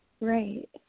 Right